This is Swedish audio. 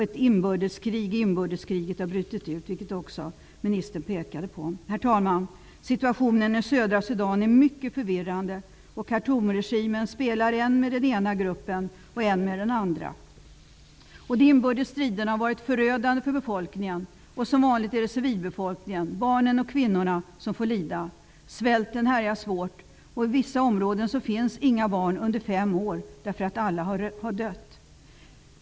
Ett inbördeskrig har brutit ut, vilket också ministern pekade på. Herr talman! Situationen i södra Sudan är mycket förvirrande. Khartoumregimen spelar än med den ena gruppen, än med den andra. De inbördes striderna har varit förödande för befolkningen. Som vanligt är det civilbefolkningen, barnen och kvinnorna, som får lida. Svälten härjar svårt. I vissa områden finns inga barn under 5 år därför att alla har dött.